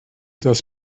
das